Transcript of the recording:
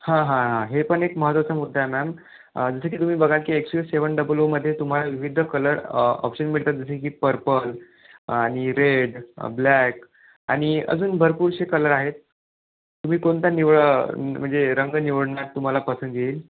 हां हां हां हे पण एक महत्त्वाचा मुद्दा आहे मॅम जसं की तुम्ही बघा की X U V seven double ओमध्ये तुम्हाला विविध कलर ऑप्शन मिळतात जसे की पर्पल आणि रेड ब्लॅक आणि अजून भरपूरशे कलर आहेत तुम्ही कोणता निवड म्हणजे रंग निवडण्यात तुम्हाला पसंद येईल